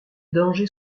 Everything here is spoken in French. dangers